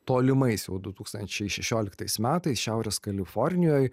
tolimais jau du tūkstančiai šešioliktais metais šiaurės kalifornijoj